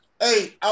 Hey